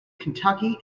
kentucky